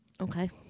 Okay